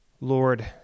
Lord